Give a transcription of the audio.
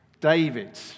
David